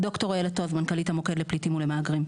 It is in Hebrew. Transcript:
ד"ר איילת עוז, מנכ"לית המוקד לפליטים ולמהגרים.